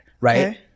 right